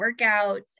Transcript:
workouts